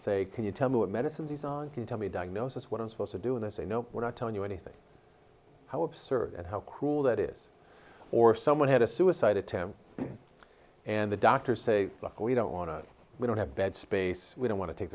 say can you tell me what medicines he's on can tell me diagnosis what i'm supposed to do and they say no we're not telling you anything how absurd and how cruel that is or someone had a suicide attempt and the doctors say look we don't want to we don't have bed space we don't want to take